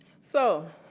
so,